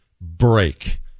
break